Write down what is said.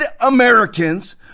Americans